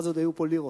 אז עוד היו פה לירות.